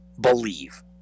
believe